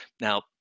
Now